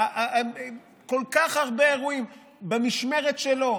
כל כך הרבה אירועים במשמרת שלו.